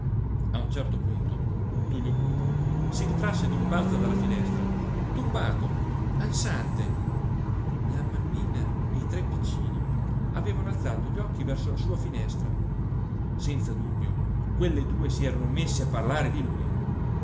a un certo punto tullio buti si ritrasse d'un balzo dalla finestra turbato ansante la mammina e i tre piccini avevano alzato gli occhi verso la sua finestra senza dubbio quelle due si erano messe a parlare di lui